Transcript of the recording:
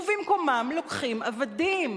ובמקומם לוקחים עבדים.